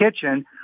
kitchen